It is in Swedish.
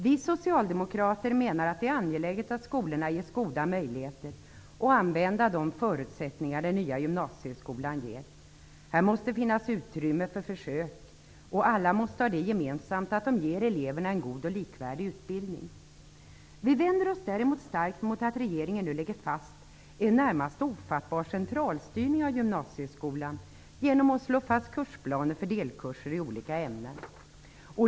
Vi socialdemokrater menar att det är angeläget att skolorna ges goda möjligheter att använda de förutsättningar den nya gymnasieskolan ger. Här måste finnas utrymme för försök. Alla måste ha det gemensamt att de ger eleverna en god och likvärdig utbildning. Vi vänder oss däremot starkt mot att regeringen nu lägger fast en närmast ofattbar centralstyrning av gymnasieskolan genom att slå fast kursplaner för delkurser i olika ämnen.